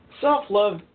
Self-love